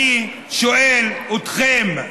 אני שואל אתכם: